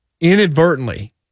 Inadvertently